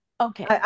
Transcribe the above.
Okay